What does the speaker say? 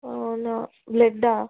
అవునా బ్లడ్డా